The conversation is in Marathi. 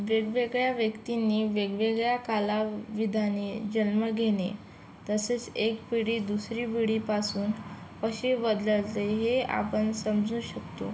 वेगवेगळ्या व्यक्तींनी वेगवेगळ्या कालाविधाने जन्म घेणे तसेच एक पिढी दुसरी पिढीपासून कशी बदलते हे आपण समजू शकतो